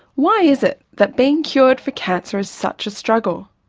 why is it that being cured for cancer is such a struggle?